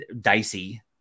dicey